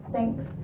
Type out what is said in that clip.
Thanks